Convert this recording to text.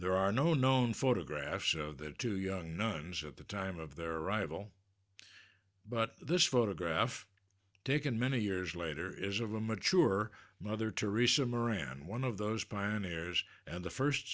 there are no known photographs of the two young nuns at the time of their arrival but this photograph taken many years later is of a mature mother teresa moran one of those pioneers and the first